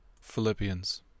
Philippians